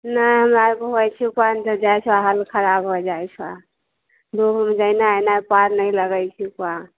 नहि हमरा आरके होइ छै ओ जब जाइ छै हालत खराब हो जाइ छै दूर जेनाए एनाए पार नहि लगै छै उहाँ